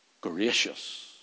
Gracious